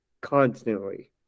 constantly